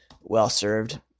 well-served